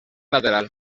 lateral